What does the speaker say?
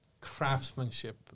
craftsmanship